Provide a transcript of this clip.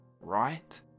Right